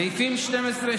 סעיפים 12,